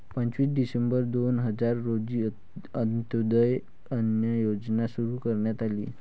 पंचवीस डिसेंबर दोन हजार रोजी अंत्योदय अन्न योजना सुरू करण्यात आली